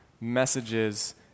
messages